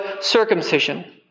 circumcision